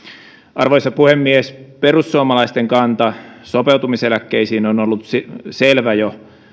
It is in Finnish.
arvoisa puhemies perussuomalaisten kanta sopeutumiseläkkeisiin on ollut selvä jo